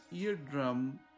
eardrum